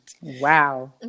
Wow